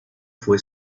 fue